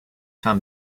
fins